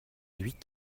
huit